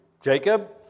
Jacob